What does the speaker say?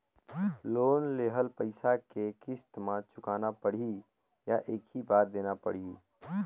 Loan लेहल पइसा के किस्त म चुकाना पढ़ही या एक ही बार देना पढ़ही?